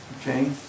okay